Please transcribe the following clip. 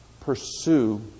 pursue